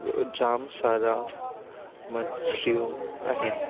जाम सारा मछलियूं आहिनि